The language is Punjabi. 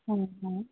ਹਾਂ ਹਾਂ